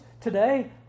today